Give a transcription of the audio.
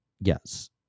yes